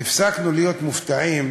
הפסקנו להיות מופתעים,